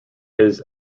his